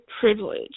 privilege